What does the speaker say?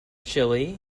chile